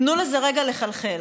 תנו לזה רגע לחלחל.